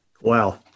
Wow